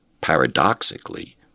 paradoxically